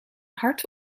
hart